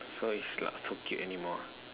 so it's not so cute anymore